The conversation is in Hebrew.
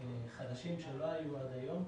חדשים שלא היו עד היום.